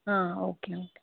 okay okay